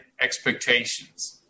expectations